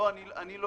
אני לא